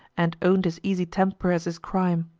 and own'd his easy temper as his crime,